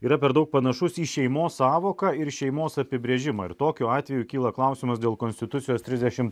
yra per daug panašus į šeimos sąvoką ir šeimos apibrėžimą ir tokiu atveju kyla klausimas dėl konstitucijos trisdešimt